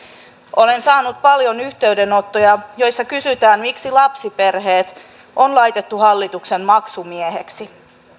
olen saanut paljon yhteydenottoja joissa kysytään miksi lapsiperheet on laitettu hallituksen maksumiehiksi